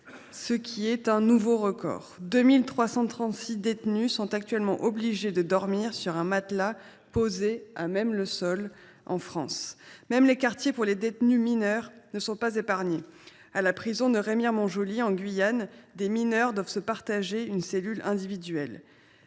ce qui constitue un nouveau record : 2 336 détenus en France sont obligés de dormir sur un matelas posé à même le sol. Les quartiers pour les détenus mineurs ne sont pas épargnés. À la prison de Remire Montjoly, en Guyane, des mineurs doivent se partager une cellule individuelle.